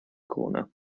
corner